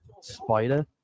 Spider